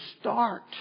start